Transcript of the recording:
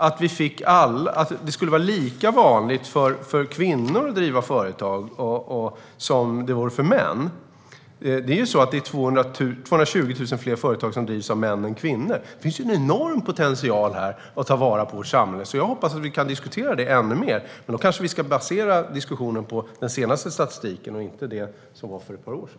Tänk om det var lika vanligt bland kvinnor att driva företag som det är bland män! Män driver 220 000 fler företag än kvinnor. Här finns en enorm potential för samhället att ta vara på. Jag hoppas att vi kan diskutera detta ännu mer. Men då kanske vi ska basera diskussionen på den senaste statistiken och inte den som kom för ett par år sedan.